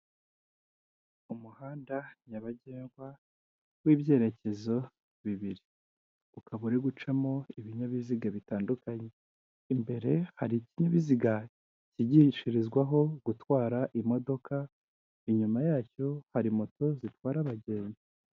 Umuhanda nyabagendwa w'ibyerekezo bibiri, ukaba uri gucamo ibinyabiziga bitandukanye, imbere hari ikinyabiziga cyigishirizwaho gutwara imodoka, inyuma yacyo hari moto zitwara abagenzi.